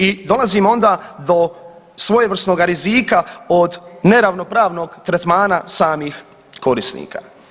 I dolazimo onda do svojevrsnoga rizika od neravnopravnog tretmana samih korisnika.